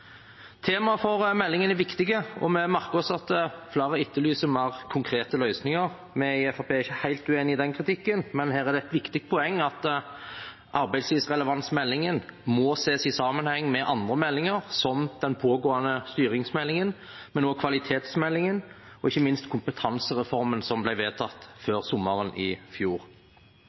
Temaet for meldingen er viktig, og vi merker oss at flere etterlyser mer konkrete løsninger. Vi i Fremskrittspartiet er ikke helt uenig i den kritikken, men det er et viktig poeng at arbeidslivsrelevansmeldingen må ses i sammenheng med andre meldinger, som den pågående styringsmeldingen, men også kvalitetsmeldingen og ikke minst kompetansereformen, som ble vedtatt før sommeren i fjor.